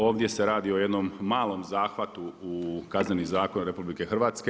Ovdje se radi o jednom malom zahvatu u Kazneni zakon RH.